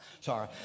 Sorry